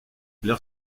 leur